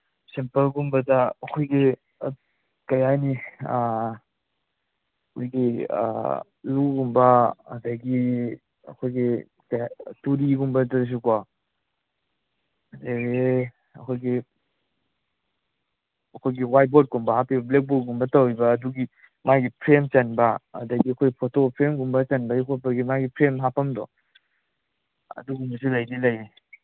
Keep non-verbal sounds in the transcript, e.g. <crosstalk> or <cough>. ꯁꯦꯝꯄꯜꯒꯨꯝꯕꯗ ꯑꯩꯈꯣꯏꯒꯤ ꯀꯔꯤ ꯍꯥꯏꯅꯤ ꯑꯩꯈꯣꯏꯒꯤ ꯂꯨꯒꯨꯝꯕ ꯑꯗꯒꯤ ꯑꯩꯈꯣꯏꯒꯤ ꯇꯨꯔꯤꯒꯨꯝꯕꯗꯁꯨꯀꯣ <unintelligible> ꯑꯩꯈꯣꯏꯒꯤ ꯑꯩꯈꯣꯏꯒꯤ ꯋꯥꯏꯠꯕꯣꯔꯠꯀꯨꯝꯕ ꯍꯥꯞꯄꯤꯕ ꯕ꯭ꯂꯦꯛꯕꯣꯔꯠꯀꯨꯝꯕ ꯇꯧꯔꯤꯕ ꯑꯗꯨꯒꯤ ꯃꯥꯒꯤ ꯐ꯭ꯔꯦꯝ ꯆꯟꯕ ꯑꯗꯒꯤ ꯑꯩꯈꯣꯏ ꯐꯣꯇꯣ ꯐ꯭ꯔꯦꯝꯒꯨꯝꯕ ꯆꯟꯕꯒꯤ ꯈꯣꯠꯄꯒꯤ ꯃꯥꯒꯤ ꯐ꯭ꯔꯦꯝ ꯍꯥꯞꯄꯝꯗꯣ ꯑꯗꯨꯒꯨꯝꯕꯁꯨ ꯂꯩꯗꯤ ꯂꯩꯅꯤ